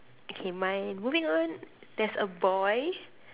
okay mine moving on there's a boy